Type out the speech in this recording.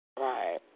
Right